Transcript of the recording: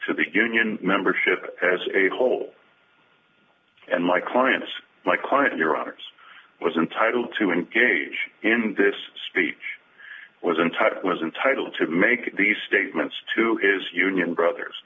to the union membership as a whole and my client's my client your honour's was entitled to engage in this speech was entitled was entitled to make these statements to his union brothers